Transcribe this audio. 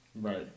right